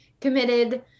committed